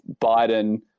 Biden